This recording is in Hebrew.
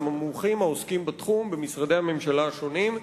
עם המומחים העוסקים בתחום במשרדי הממשלה השונים,